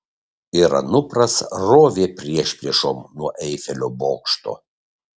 ir anupras rovė priešpriešom nuo eifelio bokšto